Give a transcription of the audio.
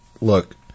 Look